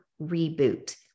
reboot